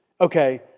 Okay